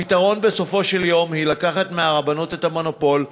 הפתרון בסופו של דבר הוא לקחת מהרבנות את המונופול,